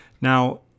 Now